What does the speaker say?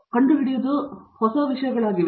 ಪ್ರತಾಪ್ ಹರಿಡೋಸ್ ತುಂಬಾ ಆಸಕ್ತಿದಾಯಕ ಹೌದು